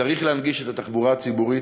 צריך להנגיש את התחבורה הציבורית,